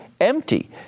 empty